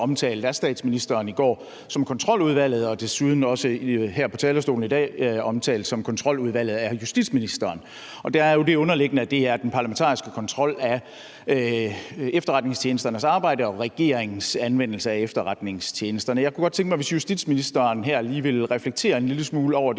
af statsministeren i går og desuden også her på talerstolen i dag omtalt som Kontroludvalget af justitsministeren. Der ligger jo det i det, at det er den parlamentariske kontrol af efterretningstjenesternes arbejde og regeringens anvendelse af efterretningstjenesterne. Jeg kunne godt tænke mig, hvis justitsministeren her lige ville reflektere en lille smule over det